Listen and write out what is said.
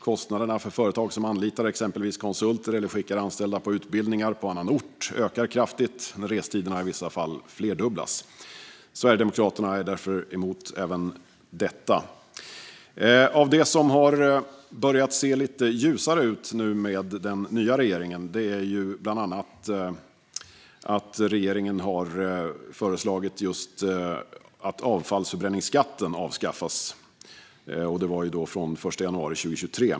Kostnaderna för företag som anlitar exempelvis konsulter eller skickar anställda på utbildningar på annan ort ökar kraftigt när restiderna i vissa fall flerdubblas. Sverigedemokraterna är därför emot även detta. Av det som har börjat se lite ljusare ut nu med den nya regeringen är bland annat att regeringen har föreslagit att avfallsförbränningsskatten avskaffas från och med den 1 januari 2023.